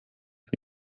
für